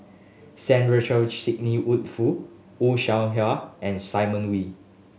Sandrasegaran Sidney Woodhull Fan Shao Hua and Simon Wee